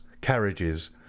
carriages